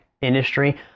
industry